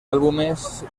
álbumes